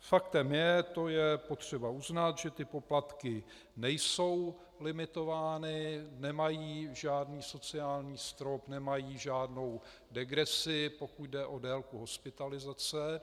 Faktem je, to je potřeba uznat, že poplatky nejsou limitovány, nemají žádný sociální strop, nemají žádnou degresi, pokud jde o délku hospitalizace.